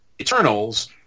Eternals